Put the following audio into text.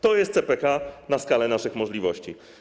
To jest CPK na skalę naszych możliwości.